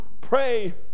pray